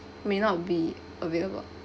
may not be available